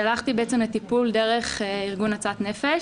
הלכתי לטיפול דרך ארגון "הצלת נפש".